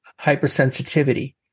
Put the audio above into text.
hypersensitivity